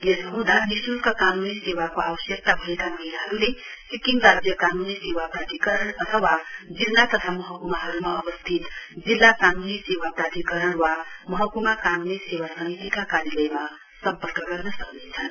यसो हँदा निशुल्क कान्नी सेवाको आवश्यकता भएका महिलाहरूले सिक्किम राज्य कान्नी सेवा प्राधिकरण अथवा जिल्ला तथा महक्माहरूमा अवस्थित जिल्ला कान्नी सेवा प्राधिकरण वा महक्मा कान्नी सेवा समितिका कार्यालयमा सम्पर्क गर्न सक्नेछन्